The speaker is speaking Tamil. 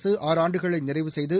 அரசு ஆறு ஆண்டுகளை நிறைவு செய்து